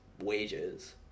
wages